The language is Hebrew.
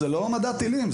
זה לא מדע טילים,